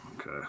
Okay